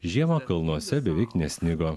žiemą kalnuose beveik nesnigo